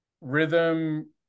rhythm